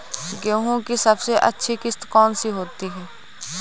गेहूँ की सबसे अच्छी किश्त कौन सी होती है?